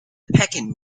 pecan